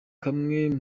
kamwe